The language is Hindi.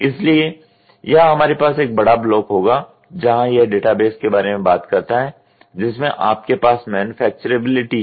इसलिए यहां हमारे पास एक बड़ा ब्लॉक होगा जहां यह डेटाबेस के बारे में बात करता है जिसमें आपके पास मनुफैक्चरबिलिटी है